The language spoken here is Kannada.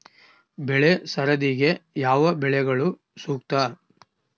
ಬೆಳೆ ಸರದಿಗೆ ಯಾವ ಬೆಳೆಗಳು ಸೂಕ್ತ?